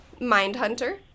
Mindhunter